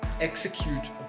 execute